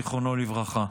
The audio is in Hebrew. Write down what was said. זיכרונו לברכה.